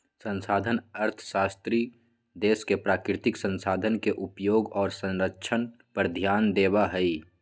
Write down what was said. संसाधन अर्थशास्त्री देश के प्राकृतिक संसाधन के उपयोग और संरक्षण पर ध्यान देवा हई